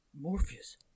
Morpheus